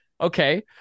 Okay